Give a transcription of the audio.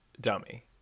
dummy